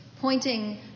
pointing